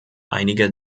einige